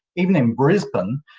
even in brisbane,